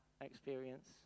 experience